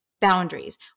Boundaries